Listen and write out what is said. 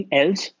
else